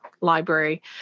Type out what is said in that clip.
library